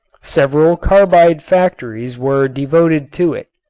several carbide factories were devoted to it.